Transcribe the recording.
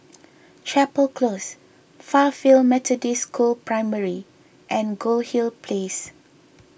Chapel Close Fairfield Methodist School Primary and Goldhill Place